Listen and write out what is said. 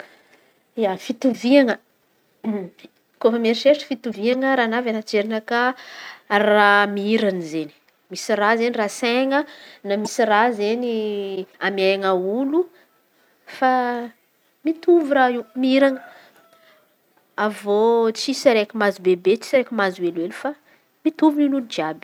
Ia, fitovian̈a koa amin'ny eritreritro fitovian̈a raha navy anaty fijerinakà raha miran̈y izen̈y: misy raha izen̈y rasain̈a misy raha omen̈a olo fa mitovy raha io miran̈a. Avy eo tsy misy mahazo bebe tsy misy mahazo kely kely fa mitovy jiàby.